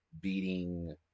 beating